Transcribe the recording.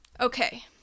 okay